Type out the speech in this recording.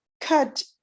cut